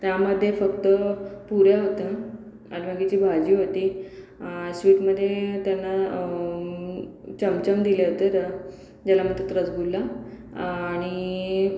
त्यामध्ये फक्त पुऱ्या होत्या आणि वांग्याची भाजी होती स्वीटमध्ये त्यानं चमचम दिले होते त्या ज्याला म्हणतात रसगुल्ला आणि